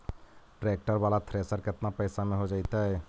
Tractor बाला thresher केतना पैसा में हो जैतै?